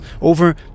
over